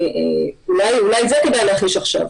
אולי את זה כדאי להחיש עכשיו.